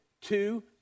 two